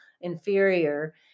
inferior